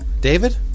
David